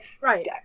Right